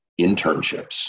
Internships